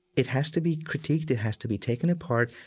it has to be critiqued it has to be taken apart.